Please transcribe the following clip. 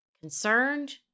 concerned